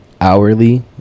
hourly